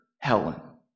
Helen